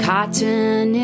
Cotton